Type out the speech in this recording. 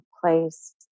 place